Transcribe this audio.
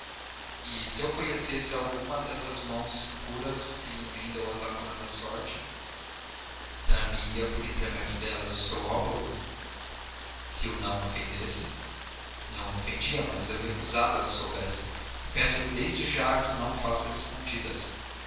e se eu conhecesse alguma dessas mãos puras que lhe emendam as lacunas da sorte dar me ia por intermédio delas o seu óbolo se o não ofendesse não ofendia mas eu recusava se soubesse peço-lhe desde que o não faça às escondidas